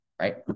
Right